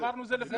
אמרנו את זה.